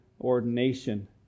ordination